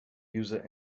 user